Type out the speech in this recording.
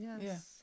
Yes